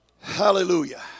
hallelujah